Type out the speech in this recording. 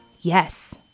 Yes